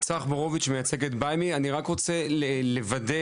אני רק רוצה לוודא